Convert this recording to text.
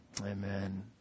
Amen